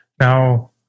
Now